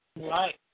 Right